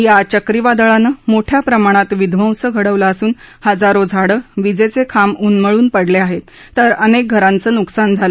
या चक्रीवादळानं मोठया प्रमाणात विध्वंस घडवला असून हजारो झाडं वीजेचे खांब उन्मळून पडले तर अनेक घरांचं नुकसान झालं